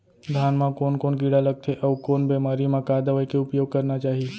धान म कोन कोन कीड़ा लगथे अऊ कोन बेमारी म का दवई के उपयोग करना चाही?